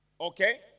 Okay